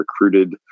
recruited